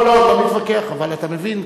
לא לא, אני לא מתווכח, אבל אתה מבין,